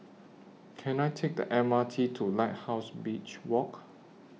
Can I Take The M R T to Lighthouse Beach Walk